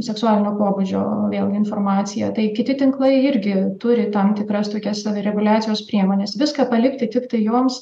seksualinio pobūdžio vėlgi informacija tai kiti tinklai irgi turi tam tikras tokias savireguliacijos priemones viską palikti tiktai joms